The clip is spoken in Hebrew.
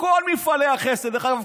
כל מפעלי החסד דרך אגב,